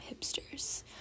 hipsters